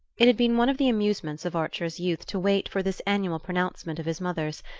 it had been one of the amusements of archer's youth to wait for this annual pronouncement of his mother's,